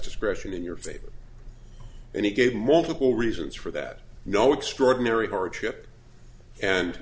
discretion in your favor and he gave more the reasons for that no extraordinary hardship and